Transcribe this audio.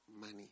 money